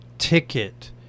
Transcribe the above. ticket